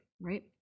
right